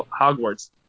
Hogwarts